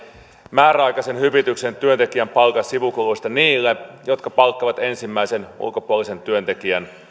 määräaikaisen hyvityksen työntekijän palkan sivukuluista niille jotka palkkaavat ensimmäisen ulkopuolisen työntekijän